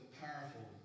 powerful